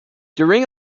during